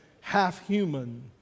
half-human